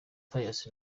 pius